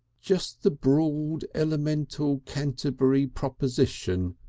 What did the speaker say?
just the broad elemental canterbury praposition,